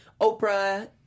Oprah